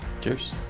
Cheers